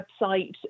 website